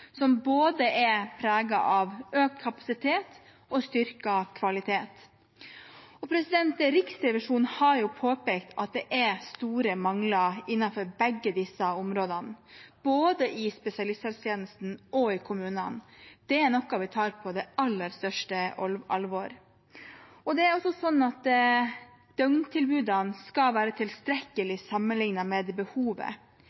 som er preget av både økt kapasitet og styrket kvalitet. Riksrevisjonen har påpekt at det er store mangler innenfor begge disse områdene, både i spesialisthelsetjenesten og i kommunene. Det er noe vi tar på aller største alvor. Døgntilbudene skal være tilstrekkelige sammenlignet med behovet. Det er for noen pasienter livsnødvendig, men det er det også